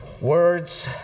words